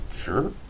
Sure